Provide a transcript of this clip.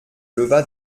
leva